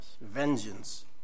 Vengeance